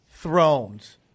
thrones